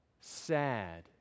sad